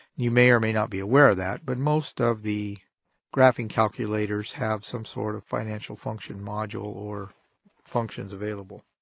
you may or may not be aware of that but most of the graphing calculators have some sort of financial function module or functions available.